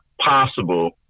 possible